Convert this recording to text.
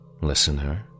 Listener